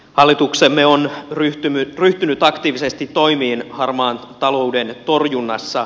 hallituksemme on ryhtynyt aktiivisesti toimiin harmaan talouden torjunnassa